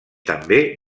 també